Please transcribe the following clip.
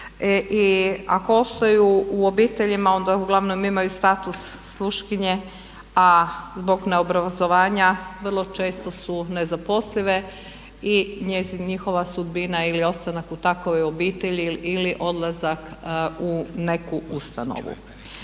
I ako ostaju u obiteljima onda uglavnom imaju status sluškinje a zbog neobrazovanja vrlo često su nezaposlive i njihova sudbina ili ostanak u takvoj obitelji ili odlazak u neku ustanovu.